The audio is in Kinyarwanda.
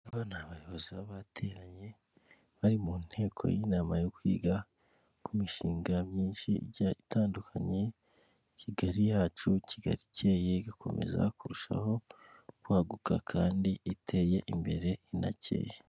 Aba ni abayobozi baba bateranye bari mu nteko y'inama yo kwiga ku mishinga myinshi igiye itandukanye, Kigali yacu, Kigali ikeye igakomeza kurushaho kwaguka kandi iteye imbere inakeye.